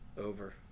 Over